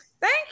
Thank